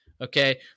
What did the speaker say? Okay